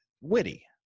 witty